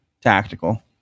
tactical